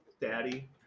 Daddy